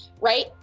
right